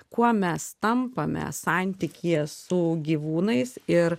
kuo mes tampame santykyje su gyvūnais ir